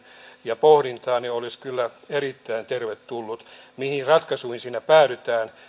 ja pohdintaan olisi kyllä erittäin tervetullut mihin ratkaisuihin siinä päädytään